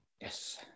Yes